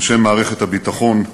אנשי מערכת הביטחון,